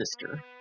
Sister